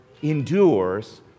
endures